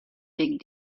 big